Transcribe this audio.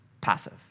Passive